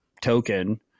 token